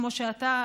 כמו שאתה,